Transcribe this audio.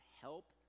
help